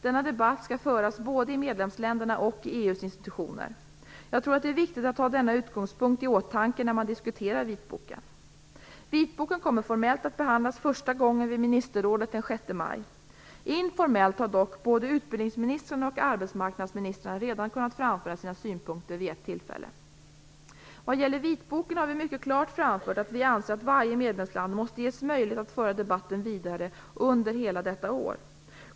Denna debatt skall föras både i medlemsländerna och i EU:s institutioner. Jag tror att det är viktigt att ha denna utgångspunkt i åtanke när man diskuterar vitboken. Vitboken kommer formellt att behandlas första gången vid ministerrådet den 6 maj. Informellt har dock både utbildningsministrarna och arbetsmarknadsministrarna redan kunnat framföra sina synpunkter vid ett tillfälle. Vad gäller vitboken har vi mycket klart framfört att vi anser att varje medlemsland måste ges möjlighet att föra debatten vidare under hela detta år.